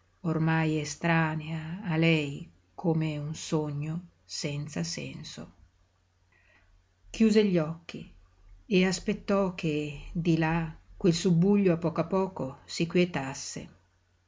ormai estranea a lei come un sogno senza senso chiuse gli occhi e aspettò che di là quel subbuglio a poco a poco si quietasse